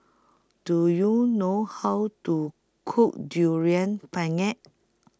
Do YOU know How to Cook Durian Pengat